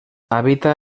habita